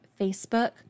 Facebook